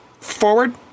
forward